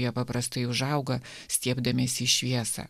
jie paprastai užauga stiebdamiesi į šviesą